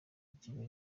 ikigo